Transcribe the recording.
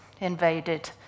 invaded